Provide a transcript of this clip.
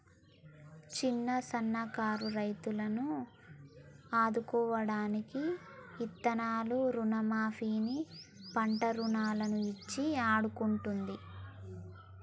చిన్న సన్న కారు రైతులను ఆదుకోడానికి విత్తనాలను రుణ మాఫీ ని, పంట రుణాలను ఇచ్చి ఆడుకుంటుంది